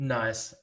nice